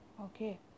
okay